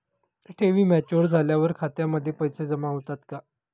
ठेवी मॅच्युअर झाल्यावर खात्यामध्ये पैसे जमा होतात का?